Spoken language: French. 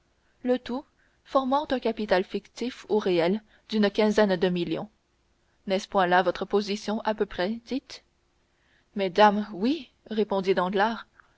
le tout formant un capital fictif ou réel d'une quinzaine de millions n'est-ce point là votre position à peu près dites mais dame oui répondit